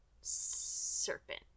Serpent